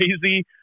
crazy